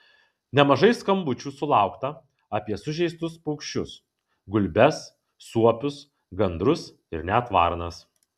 nemažai skambučių sulaukta apie sužeistus paukščius gulbes suopius gandrus ir net varnas